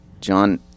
John